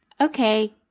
Okay